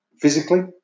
physically